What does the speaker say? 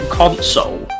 console